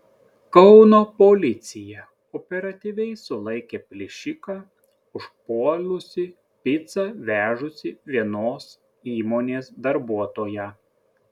kauno policija operatyviai sulaikė plėšiką užpuolusį picą vežusį vienos įmonės darbuotoją